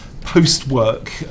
post-work